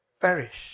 perish